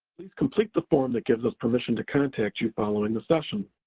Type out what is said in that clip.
please complete the form that gives us permission to contact you following the session.